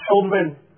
children